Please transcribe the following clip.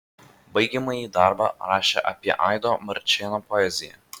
baigiamąjį darbą rašė apie aido marčėno poeziją